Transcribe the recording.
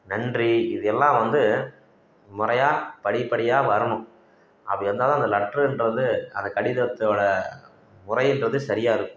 நன்றி இது எல்லாம் வந்து முறையாக படிப்படியாக வரணும் அப்படி வந்தால் தான் அந்த லெட்ருகிறது அந்த கடிதத்தோட முறைகிறது சரியாக இருக்கும்